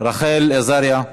רחל עזריה,